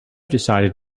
decided